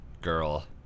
girl